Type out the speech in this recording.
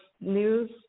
news